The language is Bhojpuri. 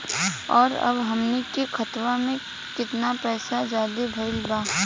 और अब हमनी के खतावा में कितना पैसा ज्यादा भईल बा?